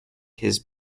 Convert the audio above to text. his